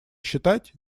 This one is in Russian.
считать